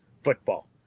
football